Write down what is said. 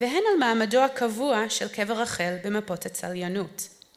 והן על מעמדו הקבוע של קבר רחל במפות הצליינות.